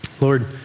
Lord